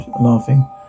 laughing